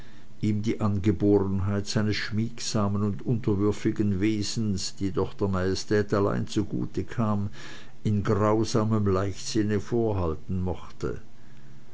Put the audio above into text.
ihm die angeborenheit seines schmiegsamen und unterwürfigen wesens die doch der majestät allein zugute kam in grausamem leichtsinne vorhalten mochte